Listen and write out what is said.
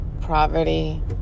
poverty